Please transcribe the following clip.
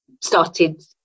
started